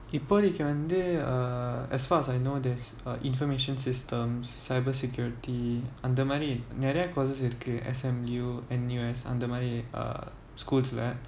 இப்போதைக்கு வந்து:ippothaiku vanthu uh as far as I know there's uh information systems cyber security அந்த மாதிரி நிறைய:antha maathiri niraya courses இருக்கு:iruku S_M_U N_U_S அந்த மாதிரி:antha maathiri err schools ல:la